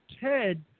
TED